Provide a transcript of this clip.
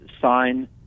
sign